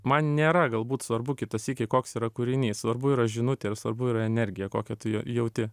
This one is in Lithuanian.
man nėra galbūt svarbu kitą sykį koks yra kūrinys svarbu yra žinutė ir svarbu yra energija kokią tu jauti